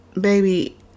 baby